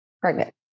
pregnant